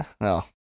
No